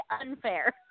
unfair